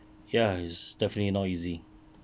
ya it's definitely not easy